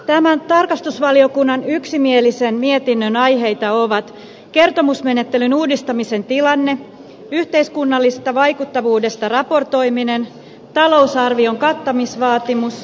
tämän tarkastusvaliokunnan yksimielisen mietinnön aiheita ovat kertomusmenettelyn uudistamisen tilanne yhteiskunnallisesta vaikuttavuudesta raportoiminen talousarvion kattamisvaatimus